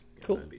Cool